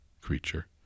creature